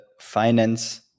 finance